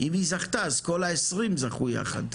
אם היא זכתה, אז כל ה-20 זכו יחד.